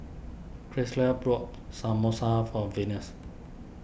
Krystle brought Samosa for Venus